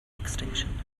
extinction